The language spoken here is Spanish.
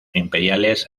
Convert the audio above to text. imperiales